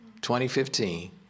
2015